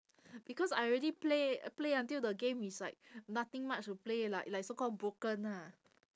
because I already play play until the game is like nothing much to play like like so call broken lah